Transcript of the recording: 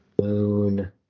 moon